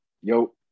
yo